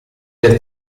del